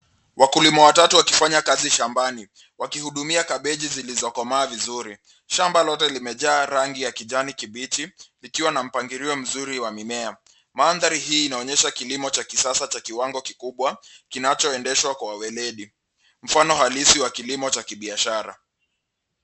Wakulima watatu wakifanya kazi shambani wakihudumia kabeji zilizo komaa vizuri shamba lote limejaa rangi ya kijani kibichi likiwa na mpangilio mzuri wa mimea, maandari hii inaonyesha kilimo ya kisasa cha kiwango kikubwa kinacho endesha kwa weledi mfano halisi cha kibiashara